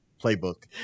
playbook